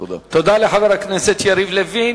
תודה לחבר הכנסת יריב לוין.